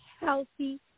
healthy